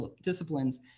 disciplines